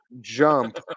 jump